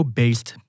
based